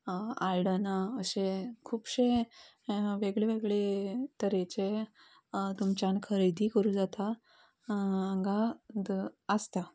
आयदनां अशें खुबशें वेगवेगळी तरेचे तुमच्यांनी खरेदी करूंक जाता हांगा आसता